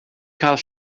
cael